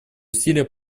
усилия